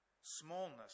smallness